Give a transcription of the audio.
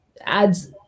ads